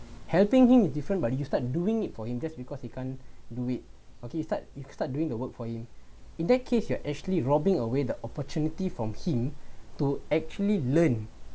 helping him is different but you start doing it for him just because he can't do it okay you start you start doing the work for him in that case you are actually robbing away the opportunity from him to actually learn